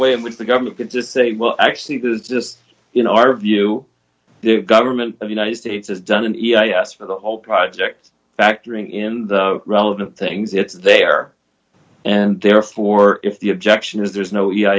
way in which the government can just say well actually this is just you know our view the government of united states has done and yes for the whole project factoring in the relevant things it's there and therefore if the objection is there is no